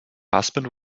husband